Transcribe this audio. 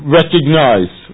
recognize